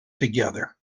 together